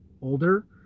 older